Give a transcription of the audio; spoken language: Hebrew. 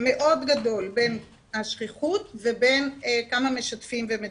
מאוד גדול בין השכיחות ובין כמה משתפים ומדווחים.